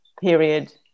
period